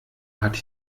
hat